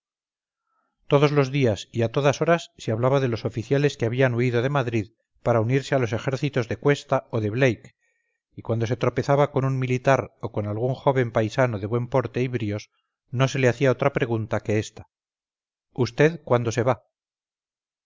todos los días y a todas horas se hablaba de los oficiales que habían huido de madrid para unirse a los ejércitos de cuesta o de blake y cuando se tropezaba con un militar o con algún joven paisano de buen porte y bríos no se le hacía otra pregunta que esta usted cuándo se va